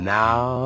now